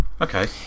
Okay